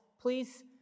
please